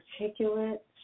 articulate